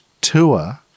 tour